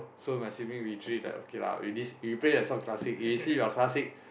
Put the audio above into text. so my siblings we three like okay lah we this we play the classic we see like got classic